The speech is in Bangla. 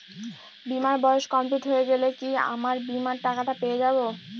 বীমার বয়স কমপ্লিট হয়ে গেলে কি আমার বীমার টাকা টা পেয়ে যাবো?